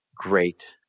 great